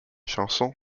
chansons